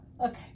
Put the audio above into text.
Okay